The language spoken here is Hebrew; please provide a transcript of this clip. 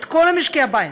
את כל משקי הבית,